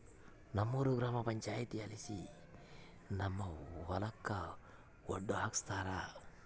ನಮ್ಮೂರ ಗ್ರಾಮ ಪಂಚಾಯಿತಿಲಾಸಿ ನಮ್ಮ ಹೊಲಕ ಒಡ್ಡು ಹಾಕ್ಸ್ಯಾರ